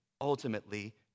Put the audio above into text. ultimately